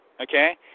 Okay